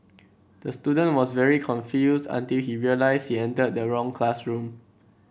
the student was very confused until he realised he entered the wrong classroom